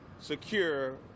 secure